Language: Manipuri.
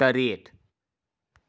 ꯇꯔꯦꯠ